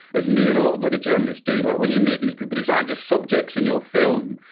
as me and a lot of other journalists do. like when you meet these people, these aren't just subjects in your film.